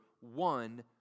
one